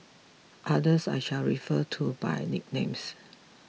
others I shall refer to by nicknames